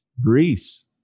Greece